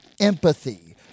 empathy